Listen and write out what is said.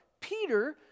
Peter